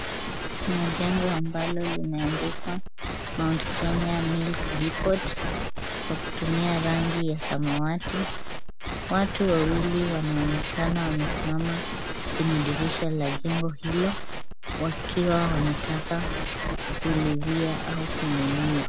Kuna jengo ambalo limeandikwa Mount Kenya Milk Depot kwa kutumia rangi ya samawati. Watu wawili wanaonekana wamesimama kwenye dirisha la jengo hilo wakiwa wanataka kuulizia au kununua.